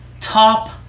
top